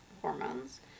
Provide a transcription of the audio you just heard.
hormones